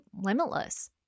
limitless